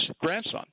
grandson